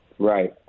Right